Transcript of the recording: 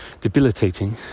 debilitating